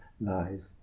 lies